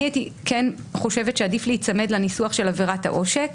אני כן הייתי חושבת שעדיף להיצמד לניסוח של עבירת העושק.